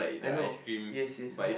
I know yes yes why